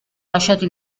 lasciato